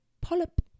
polyp